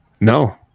No